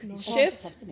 Shift